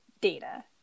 data